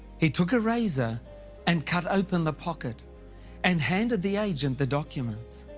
he took a razor and cut open the pocket and handed the agent the documents.